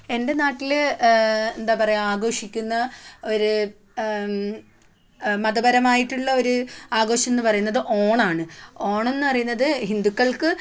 എൻ്റെ നാട്ടിൽ എന്താണ് പറയുക ആഘോഷിക്കുന്ന ഒരു മതപരമായിട്ടുള്ള ഒരു ആഘോഷം എന്ന് പറയുന്നത് ഓണമാണ് ഓണം എന്ന് പറയുന്നത് ഹിന്ദുക്കൾക്ക്